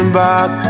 back